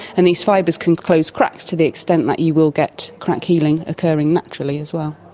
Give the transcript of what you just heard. and these fibres can close cracks to the extent that you will get crack healing occurring naturally as well.